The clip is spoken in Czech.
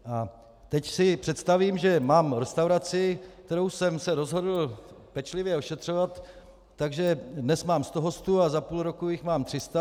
A teď si představím, že mám restauraci, kterou jsem se rozhodl pečlivě ošetřovat, takže dnes mám sto hostů a za půl roku jich mám tři sta.